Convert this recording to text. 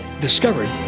discovered